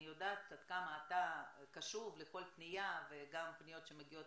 אני יודעת עד כמה אתה קשוב לכל פנייה וגם פניות שמגיעות